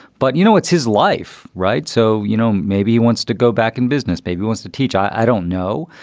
but, you know, it's his life, right. so, you know, maybe he wants to go back in business. baby wants to teach. i don't know.